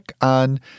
on